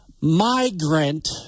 migrant